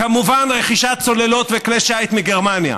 כמובן, רכישת צוללות וכלי שיט מגרמניה.